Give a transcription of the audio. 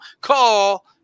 Call